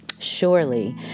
Surely